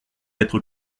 être